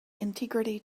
integrity